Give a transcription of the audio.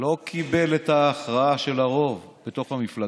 הוא לא קיבל את ההכרעה של הרוב בתוך המפלגה,